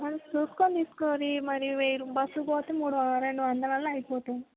మరి చూసుకొని తీసుకోవాలి మరి వేరే బస్కి పోతే మూడు రెండు వందలలో అయిపోతుంది